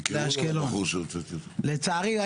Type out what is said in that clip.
לצערי,